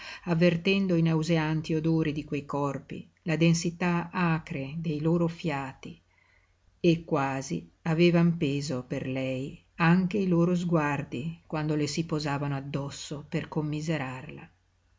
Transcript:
avvertendo i nauseanti odori di quei corpi la densità acre dei loro fiati e quasi avevan peso per lei anche i loro sguardi quando le si posavano addosso per commiserarla